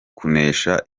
kunesha